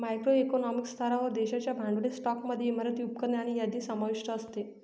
macro economic स्तरावर, देशाच्या भांडवली स्टॉकमध्ये इमारती, उपकरणे आणि यादी समाविष्ट असते